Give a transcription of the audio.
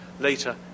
later